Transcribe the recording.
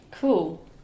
Cool